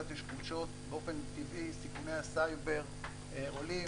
באופן טבעי סיכוני הסייבר עולים.